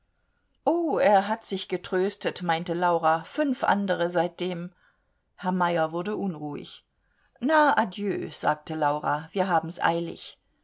oh er hat sich getröstet meinte laura fünf andre seitdem herr meyer wurde unruhig na adieu sagte laura wir haben's eilig